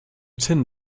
tin